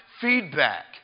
feedback